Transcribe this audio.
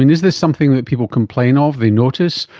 and is this something that people complain of, they notice,